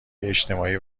اجتماعی